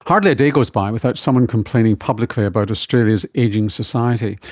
hardly a day goes by without someone complaining publicly about australia's ageing society,